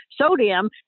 sodium